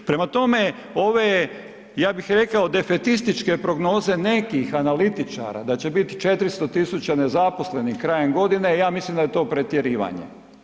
Prema tome, ove ja bih defetističke prognoze nekih analitičara da će biti 400 000 nezaposlenih krajem godine, ja mislim da je to pretjerivanje.